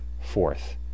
Fourth